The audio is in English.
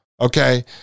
Okay